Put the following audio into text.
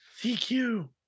CQ